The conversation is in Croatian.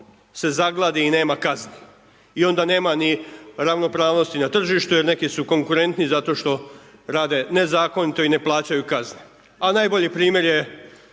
se zagladi i nema kazni. I onda nema ni ravnopravnosti na tržištu, jer neki su konkurentniji zato što rade nezakonito i ne plaćaju kazne. A najbolji primjer je